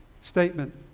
statement